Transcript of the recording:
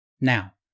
Now